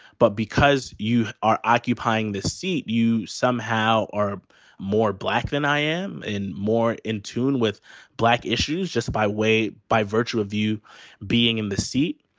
but because you are occupying this seat, you somehow are more black than i am and more in tune with black issues just by way, by virtue of you being in the seat.